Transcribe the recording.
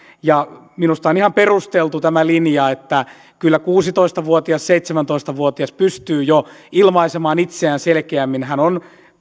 minusta on ihan perusteltu tämä linja että kyllä kuusitoista viiva seitsemäntoista vuotias pystyy jo ilmaisemaan itseään selkeämmin hän on